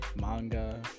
manga